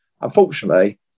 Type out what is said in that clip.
unfortunately